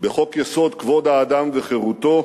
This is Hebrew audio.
בחוק-יסוד: כבוד האדם וחירותו,